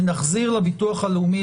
ונחזיר לביטוח הלאומי,